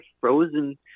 frozen